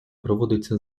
проводиться